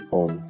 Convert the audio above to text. on